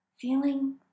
feeling